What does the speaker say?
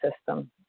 system